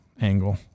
angle